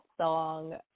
song